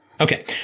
Okay